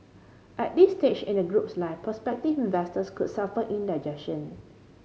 at this stage in the group's life prospective investors could suffer indigestion